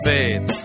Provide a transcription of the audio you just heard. Faith